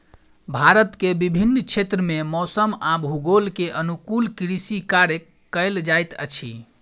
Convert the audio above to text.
भारत के विभिन्न क्षेत्र में मौसम आ भूगोल के अनुकूल कृषि कार्य कयल जाइत अछि